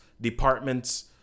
departments